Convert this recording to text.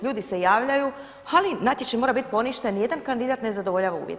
Ljudi se javljaju ali natječaj mora biti poništen, ni jedan kandidat ne zadovoljava uvjet.